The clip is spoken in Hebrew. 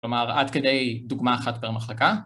‫כלומר, עד כדי דוגמה אחת במחלקה.